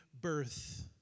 birth